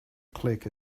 click